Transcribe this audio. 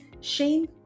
Shane